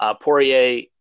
Poirier